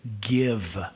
give